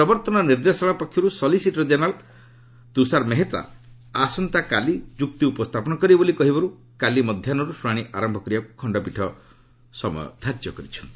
ପ୍ରବର୍ତ୍ତନ ନିର୍ଦ୍ଦେଶାଳୟ ପକ୍ଷରୁ ସଲିସିଟର ଜେନେରାଲ ତ୍ରୁଷାର ମେହେତା ଆସନ୍ତାକାଲି ଯୁକ୍ତି ଉପସ୍ଥାପନ କରିବେ ବୋଲି କହିବାରୁ କାଲି ମଧ୍ୟାହୁରୁ ଶୁଣାଣି ଆରମ୍ଭ କରିବାକୁ ଖଣ୍ଡପୀଠ ସମୟ ଧାର୍ଯ୍ୟ କରିଛନ୍ତି